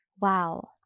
Wow